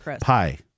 pie